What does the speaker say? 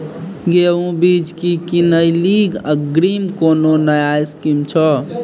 गेहूँ बीज की किनैली अग्रिम कोनो नया स्कीम छ?